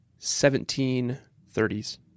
1730s